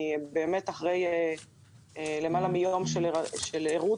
אני אחרי למעלה מיום בלי שינה,